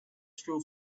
true